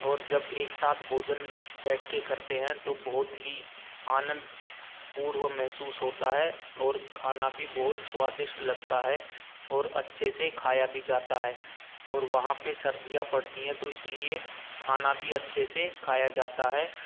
और जब एक साथ भोजन बैठकर करते हैं तो बहुत ही आनंदपूर्व महसूस होता है और खाना भी बहुत स्वादिष्ट लगता है और अच्छे से खाया भी जाता है और वहाँ पर सर्दियाँ पड़ती है तो इसलिए खाना भी अच्छे से खाया जाता है